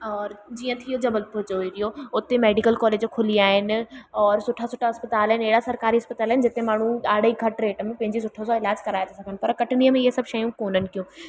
और जीअं थी वियो जबलपूर जो एरियो हुते मैडिकल कॉलेज खुली विया आहिनि और सुठा सुठा अस्पताल आहिनि अहिड़ा सरकारी अस्पताल आहिनि जिते माण्हू ॾाढे ई घटि रेट में पंहिंजी सुठो सां इलाजु कराए था सघनि पर कटनीअ में इहे सभु शयूं कोन्हनि क्यूं